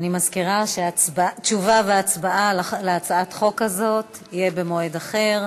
אני מזכירה שתשובה והצבעה על הצעת החוק הזאת יהיו במועד אחר.